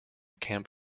camp